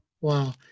Wow